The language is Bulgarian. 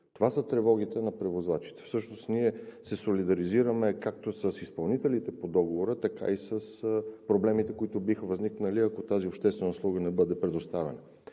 Това са тревогите на превозвачите. Всъщност ние се солидаризираме както с изпълнителите по договора, така и с проблемите, които биха възникнали, ако тази обществена услуга не бъде предоставена.